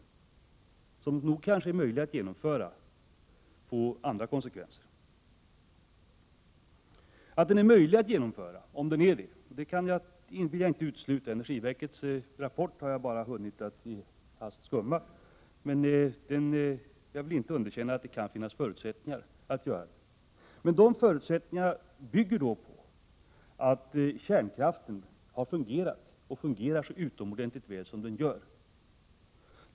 Härtill kommer, att förutsättningen för förslaget om en tidigare start för avvecklingen är att kärnkraften fungerat och fungerar så väl som den gör.